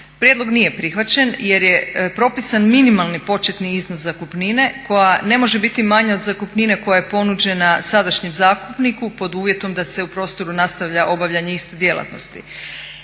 Prijedlog nije prihvaćen jer je propisan minimalni početni iznos zakupnine koja ne može biti manja od zakupnine koja je ponuđena sadašnjem zakupniku pod uvjetom da se u prostoru nastavlja obavljanje iste djelatnosti.